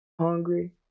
Hungry